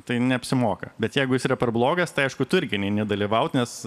tai neapsimoka bet jeigu jis yra per blogas tai aišku tu irgi neini dalyvaut nes